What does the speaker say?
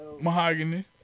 mahogany